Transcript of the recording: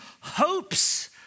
hopes